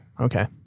Okay